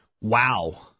Wow